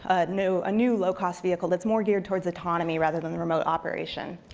ah new new low-cost vehicle that's more geared towards autonomy, rather than the remote operation.